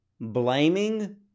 blaming